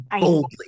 Boldly